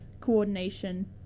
coordination